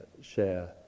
share